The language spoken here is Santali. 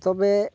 ᱛᱚᱵᱮ